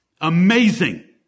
Amazing